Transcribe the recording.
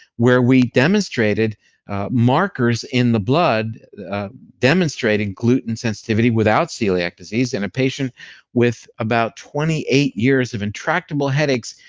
where we demonstrated markers in the blood demonstrating gluten sensitivity without celiac disease in a patient with about twenty eight years of intractable headaches,